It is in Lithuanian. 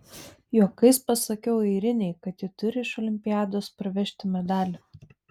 juokais pasakiau airinei kad ji turi iš olimpiados parvežti medalį